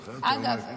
את זוכרת שהיו מעקלים?